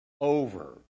over